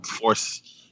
force